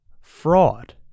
fraud